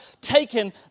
taken